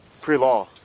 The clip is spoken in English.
Pre-law